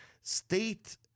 state